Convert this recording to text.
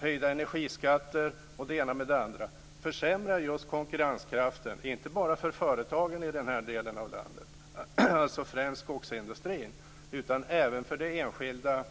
höjda energiskatter osv. - försämrar just konkurrenskraften. Det gäller inte bara företagen i den här delen av landet - främst skogsindustrin - utan även familjerna.